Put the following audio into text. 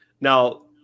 Now